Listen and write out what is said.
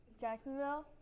Jacksonville